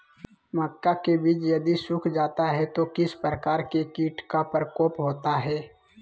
मक्का के बिज यदि सुख जाता है तो किस प्रकार के कीट का प्रकोप होता है?